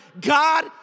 God